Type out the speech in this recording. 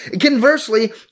Conversely